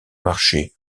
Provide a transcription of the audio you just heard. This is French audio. marchés